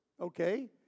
Okay